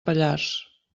pallars